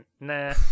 nah